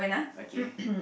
okay